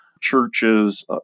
churches